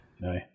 no